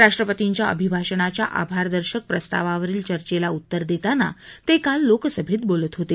राष्ट्रपतींच्या अभिभाषणाच्या आभारदर्शक प्रस्तावावरील चर्चेला उत्तर देताना ते काल लोकसभेत बोलत होते